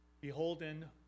beholden